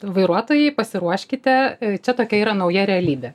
vairuotojai pasiruoškite čia tokia yra nauja realybė